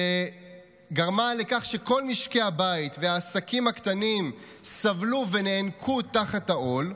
שגרמה לכך שכל משקי הבית והעסקים הקטנים סבלו ונאנקו תחת העול,